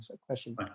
question